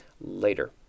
later